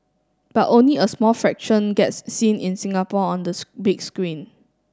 but only a small fraction gets seen in Singapore on the big screen